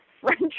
French